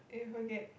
you forget